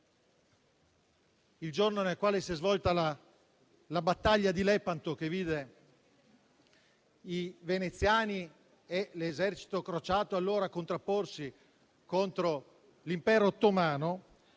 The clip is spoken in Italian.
il giorno nel quale si è svolta la battaglia di Lepanto, che vide i veneziani e l'esercito crociato allora contrapporsi contro l'Impero ottomano.